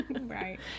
Right